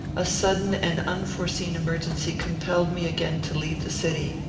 a sudden and unforeseen emergency compelled me again to leave the city.